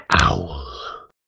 owl